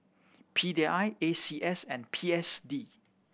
P D I A C S and P S D